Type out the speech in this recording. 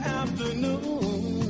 afternoon